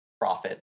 profit